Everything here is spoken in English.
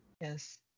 yes